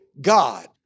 God